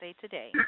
Today